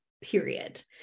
period